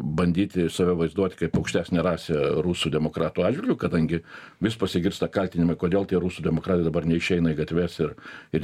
bandyti save vaizduoti kaip aukštesnę rasę rusų demokratu atžvilgiu kadangi vis pasigirsta kaltinimai kodėl tie rusų demokratai dabar neišeina į gatves ir ir